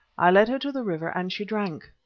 i led her to the river and she drank.